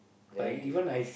very difficult